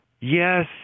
Yes